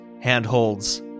handholds